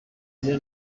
izina